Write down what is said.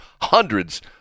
hundreds—